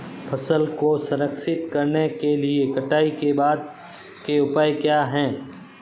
फसल को संरक्षित करने के लिए कटाई के बाद के उपाय क्या हैं?